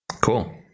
cool